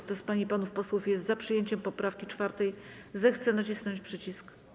Kto z pań i panów posłów jest za przyjęciem poprawki 4., zechce nacisnąć przycisk.